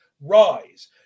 rise